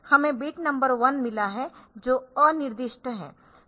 हमें bit number 1 मिला है जो अनिर्दिष्ट है